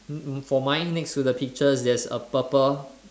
mm mm for mine next to the peaches there's a purple